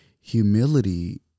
humility